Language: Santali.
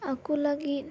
ᱟᱠᱚ ᱞᱟᱹᱜᱤᱫ